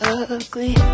ugly